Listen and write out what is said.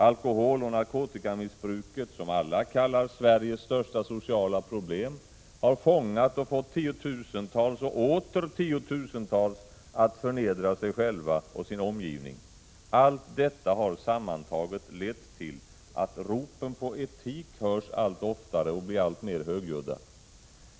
Alkoholoch narkotikamissbruket — som alla kallar Sveriges största sociala problem — har fångat och fått tiotusentals och åter tiotusentals att förnedra sig själva och sin omgivning. Allt detta sammantaget har lett till att ropen på etik hörs allt oftare och blir alltmer högljudda.